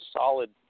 solid